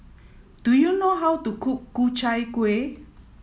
do you know how to cook Ku Chai Kuih